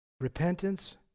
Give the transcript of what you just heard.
Repentance